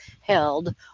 held